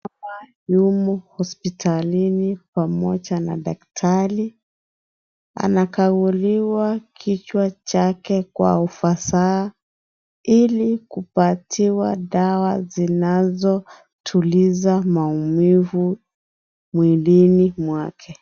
Hapa ni humo, hospitalini pamoja na daktari. Anakaguliwa kichwa chake kwa ufasaha ili kupatiwa dawa zinazotuliza maumivu, mwilini mwake.